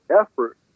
effort